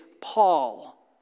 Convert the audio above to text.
Paul